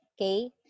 okay